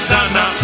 Dana